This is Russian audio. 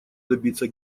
добиться